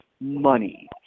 money